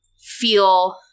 feel